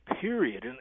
Period